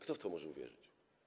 Kto w to może uwierzyć?